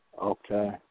Okay